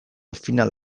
final